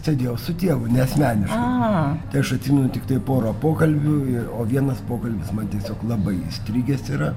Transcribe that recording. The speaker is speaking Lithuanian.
sėdėjau su tėvu ne asmeniškai tai aš ateinu tiktai porą pokalbių ir o vienas pokalbis man tiesiog labai įstrigęs yra